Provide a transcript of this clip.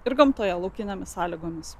ir gamtoje laukinėmis sąlygomis